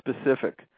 specific